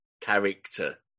character